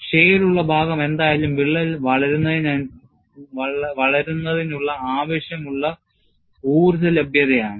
ഷേഡുള്ള ഭാഗം എന്തായാലും വിള്ളൽ വളരുന്നതിനുള്ള ആവശ്യമുള്ള ഊർജ്ജ ലഭ്യതയാണ്